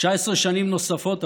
19 שנים נוספות עברו,